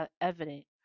evident